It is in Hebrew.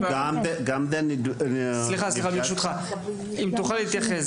אם תוכל להתייחס,